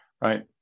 Right